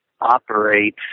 operate